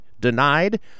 denied